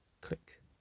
Click